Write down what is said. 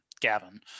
Gavin